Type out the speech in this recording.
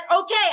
Okay